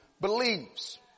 believes